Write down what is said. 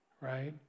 right